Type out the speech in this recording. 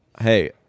hey